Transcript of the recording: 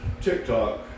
TikTok